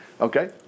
Okay